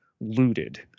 looted